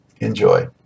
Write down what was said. Enjoy